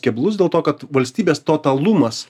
keblus dėl to kad valstybės totalumas